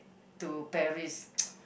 to Paris